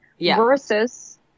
versus